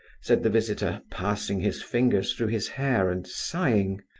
said the visitor, passing his fingers through his hair and sighing.